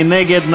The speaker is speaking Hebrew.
מי נגד?